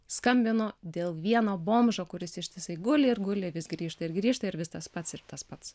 skambinu dėl vieno bomžo kuris ištisai guli ir guli vis grįžta ir grįžta ir vis tas pats ir tas pats